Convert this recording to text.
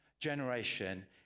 generation